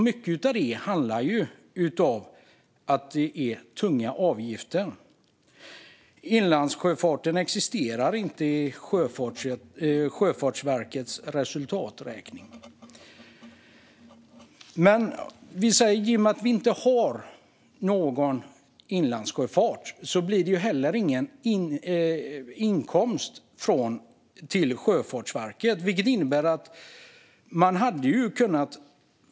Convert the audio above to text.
Mycket av det handlar om tunga avgifter. Inlandssjöfarten existerar inte i Sjöfartsverkets resultaträkning. Men i och med att det inte finns en inlandssjöfart blir det inte heller en inkomst till Sjöfartsverket.